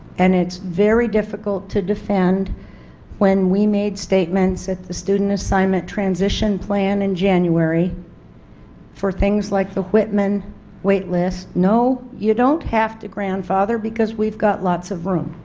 and it's very difficult to defend when we made statements at the student assignment transition plan in january for things like the whitman waitlist no, you don't have to grandfather because we've got lots of room.